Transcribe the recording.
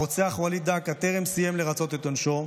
הרוצח וליד דקה טרם סיים לרצות את עונשו,